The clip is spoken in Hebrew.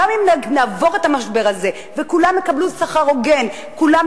גם אם נעבור את המשבר הזה וכולם יקבלו שכר הוגן וכולם